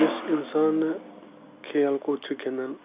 یُس اِنسان نہٕ کَھیل کوٗد چھُ گِنٛدان